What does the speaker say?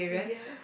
yes